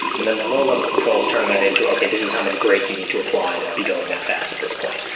and then the low level controls turn that into okay, this is how much brake you need to apply to be going that fast at this point.